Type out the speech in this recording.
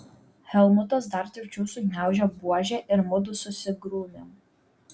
helmutas dar tvirčiau sugniaužė buožę ir mudu susigrūmėm